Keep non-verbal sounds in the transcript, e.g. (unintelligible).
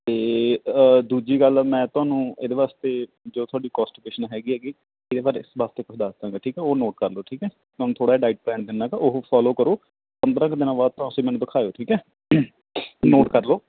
ਅਤੇ ਦੂਜੀ ਗੱਲ ਮੈਂ ਤੁਹਾਨੂੰ ਇਹਦੇ ਵਾਸਤੇ ਜੋ ਤੁਹਾਡੀ ਕੋਸਟੀਪੇਸ਼ਨ ਹੈਗੀ ਹੈਗੀ ਇਹਦੇ ਬਾਰੇ ਇਸ ਵਾਸਤੇ (unintelligible) ਦੱਸ ਦਾਂਗੇ ਠੀਕ ਹੈ ਉਹ ਨੋਟ ਕਰ ਲਓ ਠੀਕ ਹੈ ਤੁਹਾਨੂੰ ਥੋੜ੍ਹਾ ਜਿਹਾ ਡਾਇਟ ਪਲੈਨ ਦਿੰਦਾ ਤਾਂ ਉਹ ਫੋਲੋ ਕਰੋ ਪੰਦਰਾਂ ਕੁ ਦਿਨਾਂ ਬਾਅਦ ਤੁਸੀਂ ਮੈਨੂੰ ਦਿਖਾਓ ਠੀਕ ਹੈ ਨੋਟ ਕਰ ਲਓ